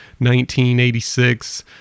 1986